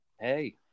Hey